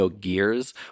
Gears